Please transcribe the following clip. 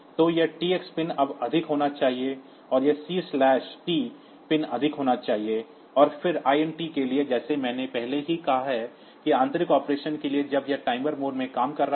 तो यह T x pin तब अधिक होना चाहिए और यह C T पिन अधिक होना चाहिए और फिर int के लिए जैसा कि मैंने पहले ही कहा है कि आंतरिक ऑपरेशन के लिए जब यह टाइमर मोड में काम कर रहा है